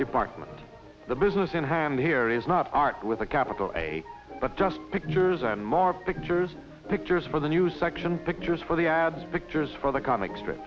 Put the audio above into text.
department the business in hand here is not art with a capital a but just pictures and more pictures pictures for the news section pictures for the ads pictures for the comic strip